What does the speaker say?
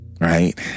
Right